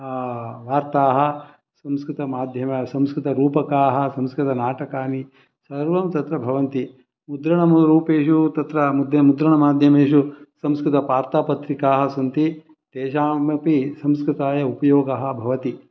वार्ताः संस्कृतमाध्यम संस्कृतरूपकाः संस्कृतनाटकानि सर्वं तत्र भवन्ति मुद्रणं रूपेषु तत्र मुद्रणमाध्यमेषु संस्कुतवार्तापत्रिकाः सन्ति तेषाम् अपि संस्कृताय उपयोगः भवति